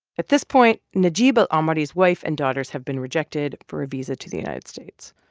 at this point, najeeb al-omari's wife and daughters have been rejected for a visa to the united states.